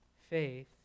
Faith